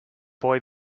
boy